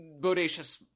bodacious